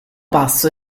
passo